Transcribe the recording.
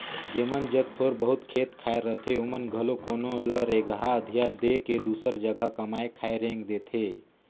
जेमन जग थोर बहुत खेत खाएर रहथे ओमन घलो कोनो ल रेगहा अधिया दे के दूसर जगहा कमाए खाए रेंग देथे